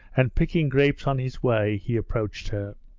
and, picking grapes on his way, he approached her.